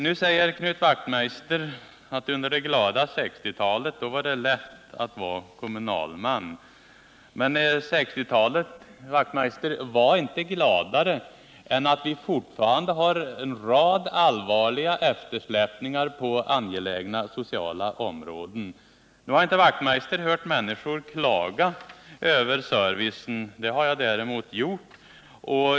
Knut Wachtmeister säger att under det glada 1960-talet var det lätt att vara kommunalman. Men 1960-talet, Knut Wachtmeister, var inte gladare än att vi fortfarande har en rad allvarliga eftersläpningar på angelägna sociala områden. Knut Wachtmeister har inte hört människor klaga över servicen, men det har jag gjort.